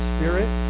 Spirit